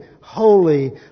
holy